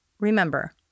Remember